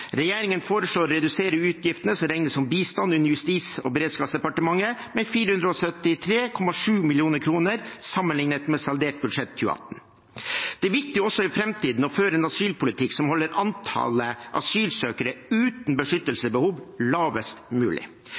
Regjeringen foreslår å redusere utgiftene som regnes som bistand under Justis- og beredskapsdepartementet, med 473,7 mill. kr sammenlignet med saldert budsjett 2018. Det er viktig også i framtiden å føre en asylpolitikk som holder antallet asylsøkere uten beskyttelsesbehov lavest mulig.